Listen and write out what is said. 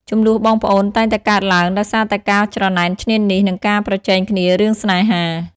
ជម្លោះបងប្អូនតែងតែកើតឡើងដោយសារតែការច្រណែនឈ្នានីសនិងការប្រជែងគ្នារឿងស្នេហា។